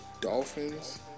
Dolphins